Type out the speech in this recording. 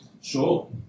sure